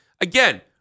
again